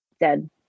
dead